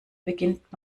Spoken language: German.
beginnt